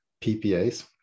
PPAs